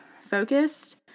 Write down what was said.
focused